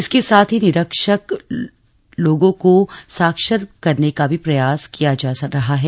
इसके साथ ही निरक्षर लोगों को साक्षर करने का भी प्रयास किया जा रहा है